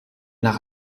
nach